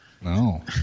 No